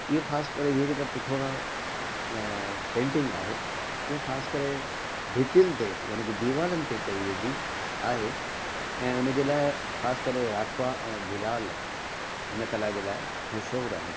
इहे ख़ासि करे इहे जेका पिथोरा पेंटिंग आहे इहा ख़ासि करे भितियुनि ते यानी की दीवालनि ते कई वेंदी आहे ऐं हुन जे लाइ ख़ासि करे राठवा ऐं भीलाल हिन कला जे लाइ मशहूरु आहिनि